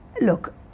look